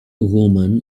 woman